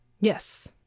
Yes